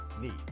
need